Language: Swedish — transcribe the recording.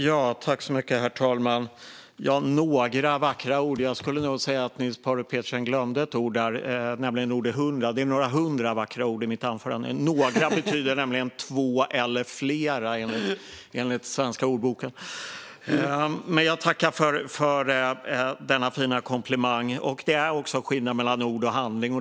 Herr talman! Några vackra ord? Jag skulle nog säga att Niels Paarup-Petersen glömde ett ord där, nämligen ordet hundra. Det är några hundra vackra ord i mitt anförande. Några betyder nämligen två eller fler, enligt svenska ordböcker. Men jag tackar för denna fina komplimang. Det är också skillnad på ord och handling.